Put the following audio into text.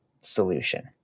solution